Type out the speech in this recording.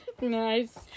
Nice